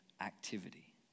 activity